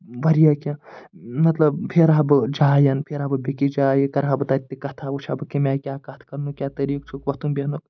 واریاہ کیٚنٛہہ مطلب پھیرٕ ہا بہٕ جاین پھیرٕ ہا بہٕ بیٚیِس جایہِ کرٕ ہا بہٕ تَتہِ تہِ کَتھہ وُچھ ہا بہٕ کَمہِ آیہِ کیٛاہ کَتھ کَرنُک کیٛاہ طریٖقہٕ چھُ وۄتھُن بیٚہنُک